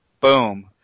Boom